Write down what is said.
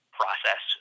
process